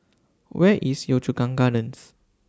Where IS Yio Chu Kang Gardens